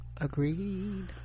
Agreed